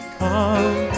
come